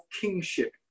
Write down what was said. kingship